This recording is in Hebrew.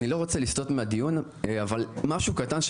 אני לא רוצה לסטות מהדיון אבל משהו קטן.